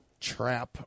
trap